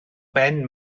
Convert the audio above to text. ben